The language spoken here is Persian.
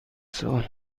سال